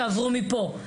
תעברו מפה.